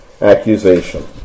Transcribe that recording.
accusation